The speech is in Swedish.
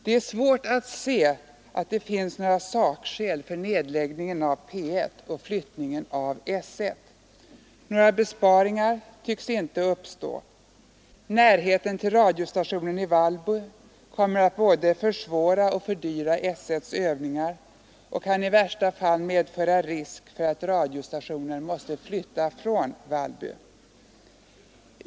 Det är svårt att se att det finns några sakskäl för nedläggningen av P 1 och flyttningen av S 1. Några besparingar tycks inte uppstå. Närheten till radiostationen i Vallby kommer att både försvåra och fördyra §S1:s övningar och kan i värsta fall medföra risk för att radiostationen måste flyttas från Vallby.